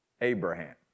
Abraham